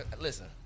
listen